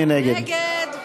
מי נגד?